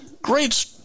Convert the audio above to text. Great